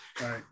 Right